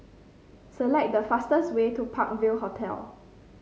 select the fastest way to Park View Hotel